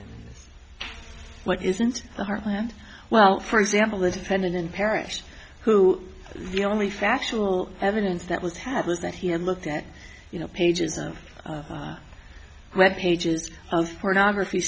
what isn't the heartland well for example the defendant in parish who the only factual evidence that would have was that he had looked at you know pages of web pages of pornography